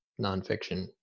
nonfiction